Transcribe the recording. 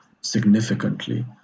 significantly